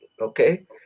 Okay